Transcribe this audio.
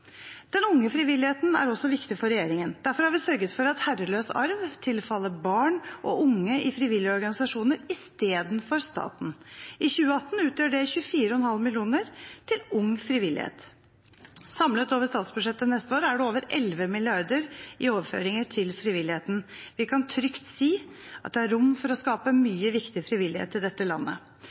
Den unge frivilligheten er også viktig for regjeringen. Derfor har vi sørget for at herreløs arv tilfaller barn og unge i frivillige organisasjoner istedenfor staten. I 2018 utgjør det 24,5 mill. kr til ung frivillighet. Samlet over statsbudsjettet neste år er det over 11 mrd. i overføringer til frivilligheten. Vi kan trygt si at det er rom for å skape mye viktig frivillighet i dette landet.